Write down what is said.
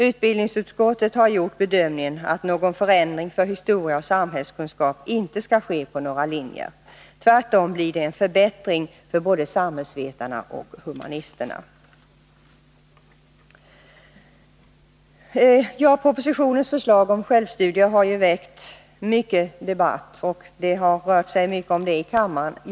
Utbildningsutskottet har gjort bedömningen, att någon försämring för historia och samhällskunskap inte skall ske på några linjer. Tvärtom blir det en förbättring för både samhällsvetare och humanister. Propositionens förslag om självstudier har väckt mycken debatt — i dag även här i kammaren.